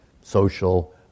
social